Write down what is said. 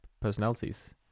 personalities